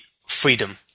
freedom